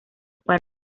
para